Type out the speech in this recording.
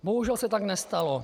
Bohužel se tak nestalo.